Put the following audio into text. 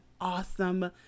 awesome